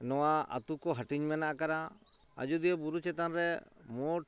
ᱱᱚᱣᱟ ᱟᱹᱛᱩ ᱠᱚ ᱦᱟᱹᱴᱤᱧ ᱢᱮᱱᱟᱜ ᱠᱟᱫᱼᱟ ᱟᱡᱚᱫᱤᱭᱟᱹ ᱵᱩᱨᱩ ᱪᱮᱛᱟᱱ ᱨᱮ ᱢᱳᱴ